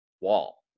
wall